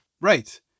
Right